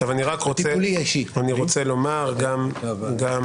רוצה לומר גם